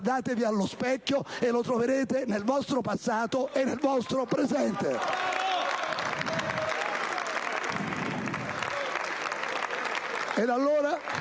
Guardatevi allo specchio e lo troverete nel vostro passato e nel vostro presente.